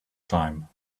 time